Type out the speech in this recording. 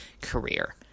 career